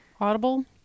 audible